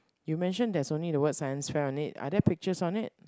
you mentioned there's only the word science fair on it are there pictures on it